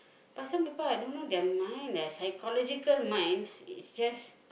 but some people I don't know their mind psychological mind is just